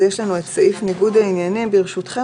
אז המניעה היא אם התקיימו התנאים של הרשאה וכו',